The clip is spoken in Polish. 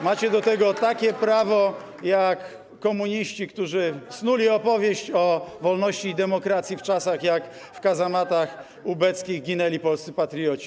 Macie do tego takie prawo jak komuniści, którzy snuli opowieść o wolności i demokracji w czasach, w których w kazamatach ubeckich ginęli polscy patrioci.